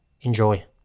Enjoy